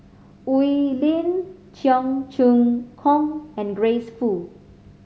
Oi Lin Cheong Choong Kong and Grace Fu